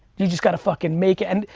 you just gotta fucking make and